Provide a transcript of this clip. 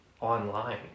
online